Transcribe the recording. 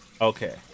Okay